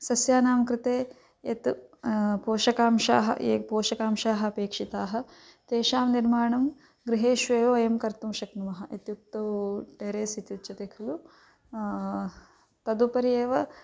सस्यानां कृते यत् पोषकांशाः ये पोषकांशाः अपेक्षिताः तेषां निर्माणं गृहेषु एव वयं कर्तुं शक्नुमः इत्युक्तौ टेरेस् इत्युच्यते खलु तदुपरि एव